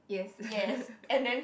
yes